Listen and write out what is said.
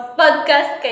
podcast